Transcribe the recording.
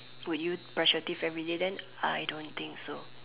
would you brush your teeth everyday then I don't think so